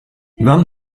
van